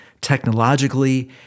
technologically